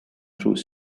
through